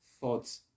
thoughts